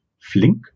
Flink